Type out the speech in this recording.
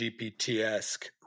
GPT-esque